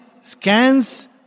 scans